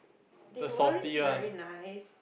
they weren't very nice